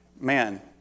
man